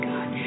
God